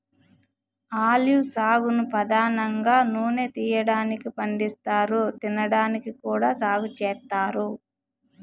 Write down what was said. olive సాగును పధానంగా నూనె తీయటానికి పండిస్తారు, తినడానికి కూడా సాగు చేత్తారు